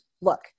look